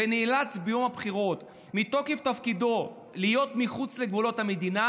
ונאלץ ביום הבחירות מתוקף תפקידו להיות מחוץ לגבולות המדינה,